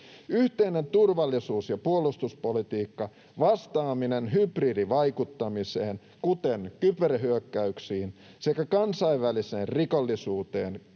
Yhteinen turvallisuus- ja puolustuspolitiikka ja vastaaminen hybridivaikuttamiseen, kuten kyberhyökkäyksiin, sekä kansainväliseen rikollisuuteen